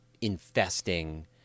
infesting